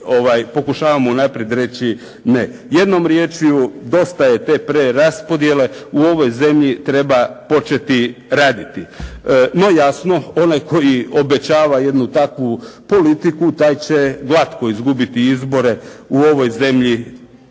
pokušavamo unaprijed reći: «Ne.». Jednom riječju dosta je te preraspodjele. U ovoj zemlji treba početi raditi. No jasno onaj koji obećava jednu takvu politiku taj će glatko izgubiti izbore u ovoj zemlji